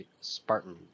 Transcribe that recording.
Spartan